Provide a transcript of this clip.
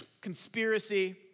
conspiracy